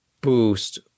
boost